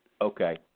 Okay